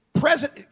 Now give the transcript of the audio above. Present